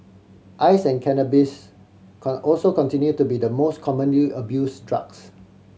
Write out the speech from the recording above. ice and cannabis can also continue to be the most commonly abuse drugs